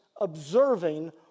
observing